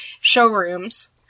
showrooms